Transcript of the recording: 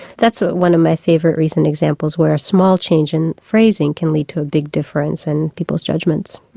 that's one of my favourite recent examples where a small change in phrasing can lead to a big difference in people's judgments.